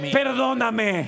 perdóname